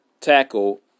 tackle